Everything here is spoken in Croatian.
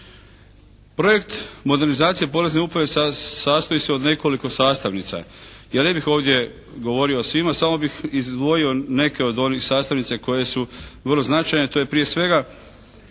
Projekt modernizacije Porezne uprave sastoji se od nekoliko sastavnica. Ja ne bih ovdje govorio o svima samo bih izdvojio neke od onih sastavnica koje su vrlo značajne. To je prije svega